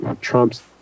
Trump's